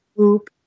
oop